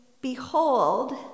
behold